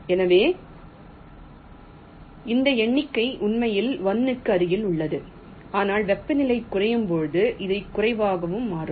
எனவே இந்த எண்ணிக்கை உண்மையில் 1 க்கு அருகில் உள்ளது ஆனால் வெப்பநிலை குறையும்போது இது குறைவாகவும் மாறும்